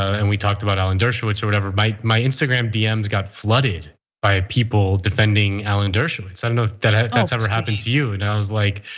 and we talked about alan dershowitz or whatever my my instagram dms got flooded by people defending alan dershowitz. i don't know if that's ever happened to you. and i was like,